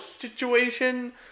situation